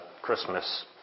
Christmas